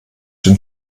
den